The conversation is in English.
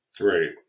Right